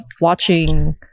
watching